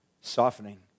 softening